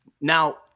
Now